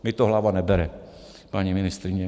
Mně to hlava nebere, paní ministryně.